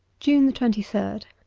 june twenty third